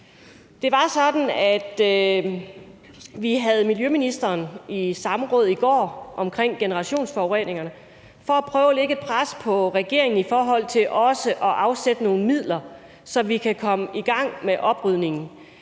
Det var sådan, at vi havde miljøministeren i samråd i går omkring generationsforureningerne for at prøve at lægge et pres på regeringen i forhold til at afsætte nogle midler, så vi kan komme i gang med oprydningen.